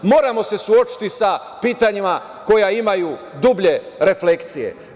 Moramo se suočiti sa pitanjima koja imaju dublje reflekcije.